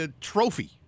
trophy